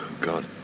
god